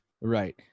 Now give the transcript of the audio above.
Right